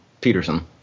Peterson